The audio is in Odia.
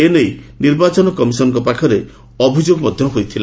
ଏନେଇ ନିର୍ବାଚନ କମିଶନ୍ଙ୍କ ପାଖରେ ଅଭିଯୋଗ ମଧ୍ୟ ହୋଇଥିଲା